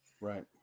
Right